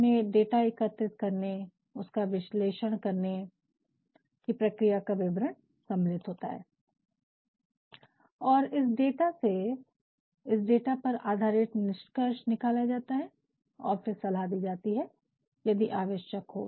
इसमें डाटा एकत्रित करने और उसका विश्लेषण करने की प्रक्रिया का विवरण सम्मिलित होता है और इस डाटा से इस डाटा पर आधारित निष्कर्ष निकाला जाता है और फिर सलाह दी जाती हैं यदि आवश्यक हो